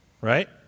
right